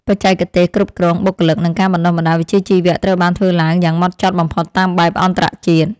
បច្ចេកទេសគ្រប់គ្រងបុគ្គលិក និងការបណ្តុះបណ្តាលវិជ្ជាជីវៈត្រូវបានធ្វើឡើងយ៉ាងម៉ត់ចត់បំផុតតាមបែបអន្តរជាតិ។